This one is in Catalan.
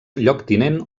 lloctinent